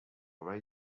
way